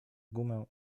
gumę